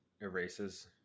erases